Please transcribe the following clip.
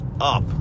up